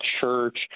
church